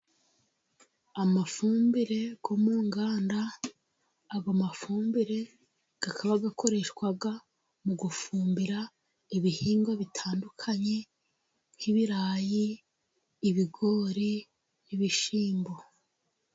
Amafumbire yo mu nganda, ayo mafumbire akaba akoreshwa mu gufumbira ibihingwa bitandukanye: nk'ibirayi, ibigori, ibishyimbo.